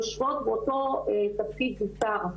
הן יושבות באותו תפקיד זוטר.